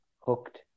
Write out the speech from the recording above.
hooked